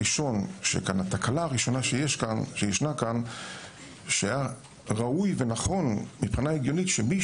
התקלה הראשונה שיש כאן היא שראוי ונכון מבחינה הגיונית שמי